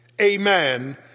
amen